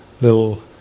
little